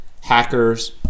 hackers